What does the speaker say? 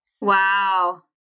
Wow